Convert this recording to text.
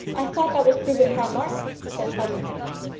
i thought that was proved at carmarthen, said cousin henry.